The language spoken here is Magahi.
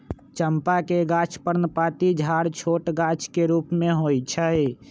चंपा के गाछ पर्णपाती झाड़ छोट गाछ के रूप में होइ छइ